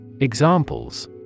Examples